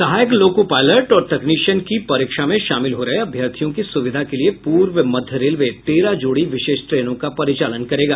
सहायक loco pilot और तकनीशियन की परीक्षा में शामिल हो रहे अभ्यर्थियों की सुविधा के लिये पूर्व मध्य रेलवे तेरह जोड़ी विशेष ट्रेनों का परिचालन करेगा